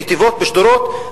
נתיבות ושדרות,